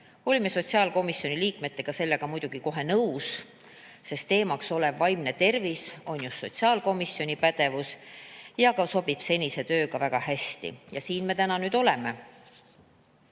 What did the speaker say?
olime sotsiaalkomisjoni liikmetega sellega muidugi kohe nõus, sest teemaks olev vaimne tervis on just sotsiaalkomisjoni pädevus ja aruanne sobib meie senise tööga väga hästi. Ja siin me täna nüüd oleme.